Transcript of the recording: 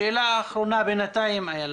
שאלה אחרונה בינתיים, אילה,